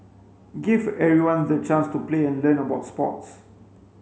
gave everyone the chance to play and learn about sports